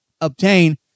obtain